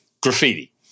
graffiti